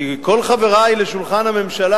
כי כל חברי לשולחן הממשלה,